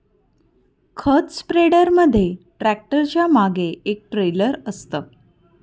खत स्प्रेडर मध्ये ट्रॅक्टरच्या मागे एक ट्रेलर असतं